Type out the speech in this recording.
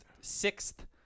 Sixth